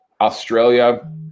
Australia